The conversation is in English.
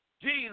Jesus